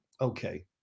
Okay